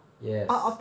yes